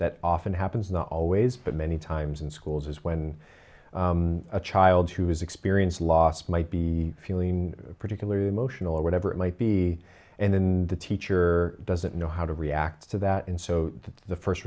that often happens not always but many times in schools is when a child who has experienced loss might be feeling particularly emotional or whatever it might be and then the teacher doesn't know how to react to that and so the first